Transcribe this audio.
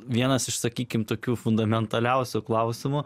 vienas iš sakykim tokiu fundamentaliausių klausimų